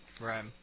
Right